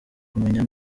kumenya